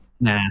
Nah